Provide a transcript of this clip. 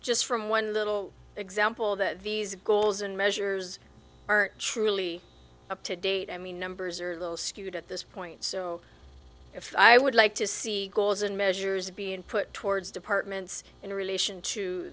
just from one little example that these goals and measures are truly up to date i mean numbers are a little skewed at this point so if i would like to see goals and measures being put towards departments in relation to